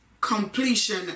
completion